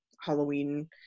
halloween